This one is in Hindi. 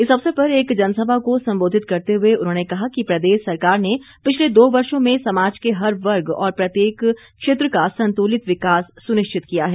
इस अवसर पर एक जनसभा को संबोधित करते हुए उन्होंने कहा कि प्रदेश सरकार ने पिछले दो वर्षों में समाज के हर वर्ग और प्रत्येक क्षेत्र का संतुलित विकास सुनिश्चित किया है